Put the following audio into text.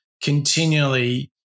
continually